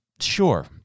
sure